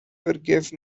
forgive